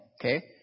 okay